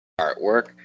artwork